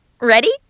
Ready